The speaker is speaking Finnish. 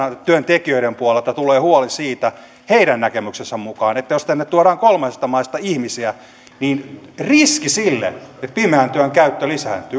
työntekijöiden puolelta tulee heidän näkemyksensä mukaan huoli siitä että jos tänne tuodaan kolmansista maista ihmisiä niin riski sille että pimeän työn käyttö lisääntyy